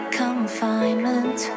confinement